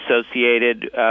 associated